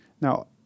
Now